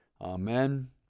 Amen